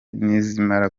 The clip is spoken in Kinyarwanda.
nizimara